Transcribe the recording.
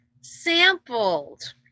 sampled